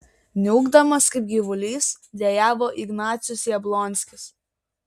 niūkdamas kaip gyvulys dejavo ignacius jablonskis